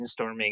brainstorming